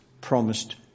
promised